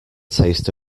taste